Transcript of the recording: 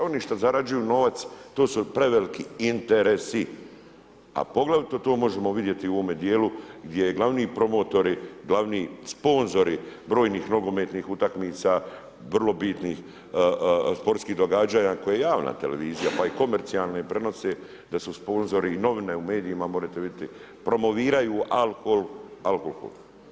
Oni što zarađuju novac to su preveliki interesi a poglavito to možemo vidjeti u ovome dijelu gdje glavni promotori, glavni sponzori brojnih nogometnih utakmica, vrlo bitnih sportskih događanja koje javna televizija, pa i komercijalne prenose da su sponzori i novine u medijima, možete vidjeti promoviraju alkohol, alkohol.